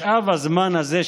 משאב הזמן הזה,